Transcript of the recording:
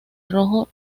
rojo